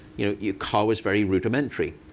you know your car was very rudimentary.